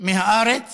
מהארץ